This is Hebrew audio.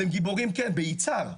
אתם גיבורים, כן, ביצהר.